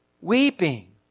Weeping